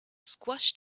squashed